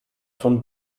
von